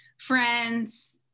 friends